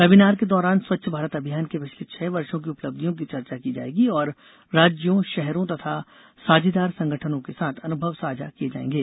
webinar के दौरान स्वच्छ भारत अभियान के पिछले छह वर्षों की उपलब्धियों की चर्चा की जाएगी और राज्यों शहरों तथा साझीदार संगठनों के साथ अनुभव साझा किए जाएंगे